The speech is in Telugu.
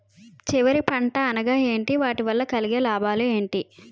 చివరి పంట అనగా ఏంటి వాటి వల్ల కలిగే లాభాలు ఏంటి